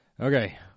Okay